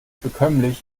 bekömmlich